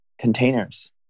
containers